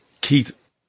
Keith